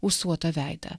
ūsuotą veidą